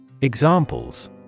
Examples